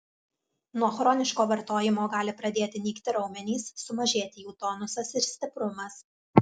nuo chroniško vartojimo gali pradėti nykti raumenys sumažėti jų tonusas ir stiprumas